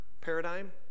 paradigm